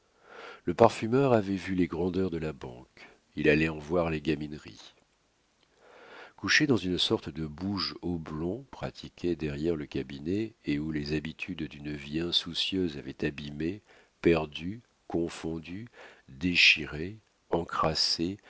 le parfumeur avait vu les grandeurs de la banque il allait en voir les gamineries couché dans une sorte de bouge oblong pratiqué derrière le cabinet et où les habitudes d'une vie insoucieuse avaient abîmé perdu confondu déchiré encrassé